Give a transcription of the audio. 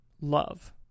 love